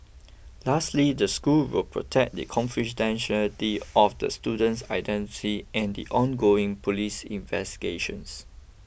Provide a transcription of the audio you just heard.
lastly the school will protect the confidentiality of the student's identity and the ongoing police investigations